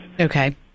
Okay